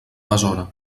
besora